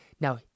Now